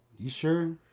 you sure?